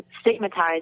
stigmatized